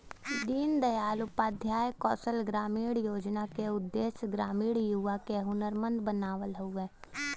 दीन दयाल उपाध्याय कौशल ग्रामीण योजना क उद्देश्य ग्रामीण युवा क हुनरमंद बनावल हउवे